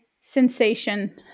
sensation